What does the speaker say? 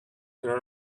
there